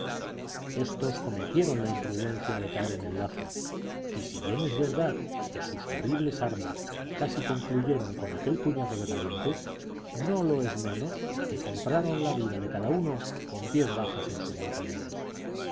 éstos cometieron la imprudencia de caer en el lazo y si bien es verdad que sus terribles armas casi concluyeron con aquel puñado de valientes no lo es menos que compraron la vida de cada uno con diez bajas en sus batallones